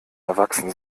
erwachsen